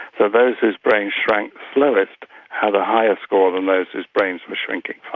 so those whose brain shrank slowest had a higher score than those whose brains were shrinking